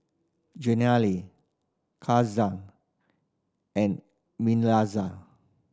Jenilee Katia and Mikalah